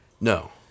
No